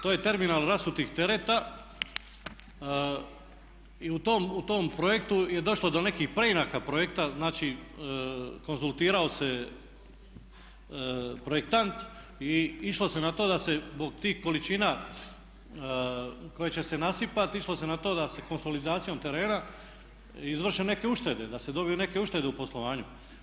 To je terminal rasutih tereta i u tom projektu je došlo do nekih preinaka projekta, znači konzultirao se projektant i išlo se na to da se zbog tih količina koje će se nasipati išlo se na to da se konsolidacijom terena izvrše neke uštede, da se dobiju neke uštede u poslovanju.